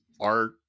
art